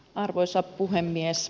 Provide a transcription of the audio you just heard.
arvoisa puhemies